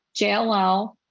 JLL